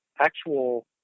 actual –